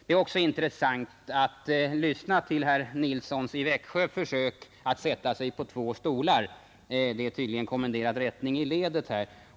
Det är också intressant att lyssna till herr Nilssons i Växjö försök att sätta sig på två stolar. Tydligen har det kommenderats rättning i ledet här.